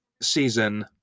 season